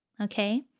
Okay